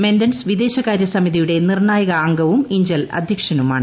Mendez വിദേശകാര്യ സമിതിയുടെ നിർണ്ണായകഅംഗവും ഇഞ്ചൽ അധ്യക്ഷനുമാണ്